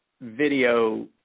video